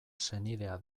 senidea